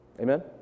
Amen